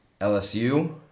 LSU